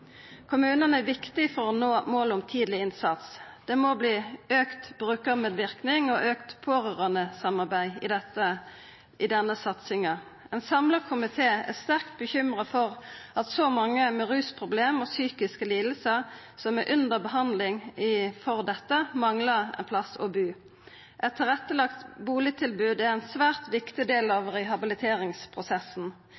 Kommunane er viktige for å nå målet om tidleg innsats. Ein må auka brukarmedverknaden og pårørandesamarbeidet i denne satsinga. Ein samla komité er sterkt bekymra for at så mange med rusproblem og psykiske lidingar som er under behandling for dette, manglar ein plass å bu. Eit tilrettelagt butilbod er ein svært viktig del